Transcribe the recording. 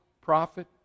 prophet